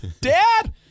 Dad